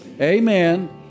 Amen